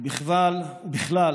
ובכלל,